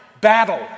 battle